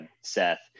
Seth